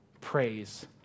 Praise